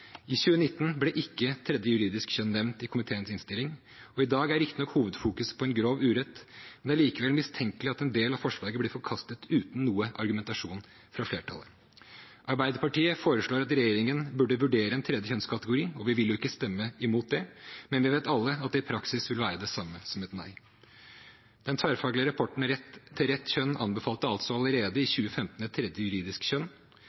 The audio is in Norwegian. I 2019 ble ikke et tredje juridisk kjønn nevnt i komiteens innstilling. I dag er riktignok hovedfokuset på en grov urett, men det er likevel mistenkelig at en del av forslaget blir forkastet uten noen argumentasjon fra flertallet. Arbeiderpartiet foreslår at regjeringen bør vurdere en tredje kjønnskategori. Vi vil ikke stemme imot det, men vi vet alle at det i praksis vil være det samme som et nei. Den tverrfaglige rapporten «Rett til rett kjønn» anbefalte altså allerede i 2015 et tredje juridisk kjønn.